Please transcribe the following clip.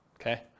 Okay